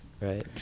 Right